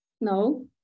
no